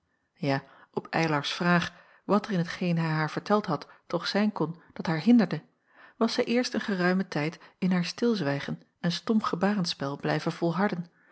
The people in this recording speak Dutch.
ja op eylars vraag wat er in t geen hij haar verteld had toch zijn kon dat haar hinderde was zij eerst een geruimen tijd in haar stilzwijgen en stom gebarenspel blijven volharden